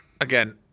Again